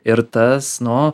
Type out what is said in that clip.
ir tas nu